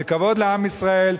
זה כבוד לעם ישראל,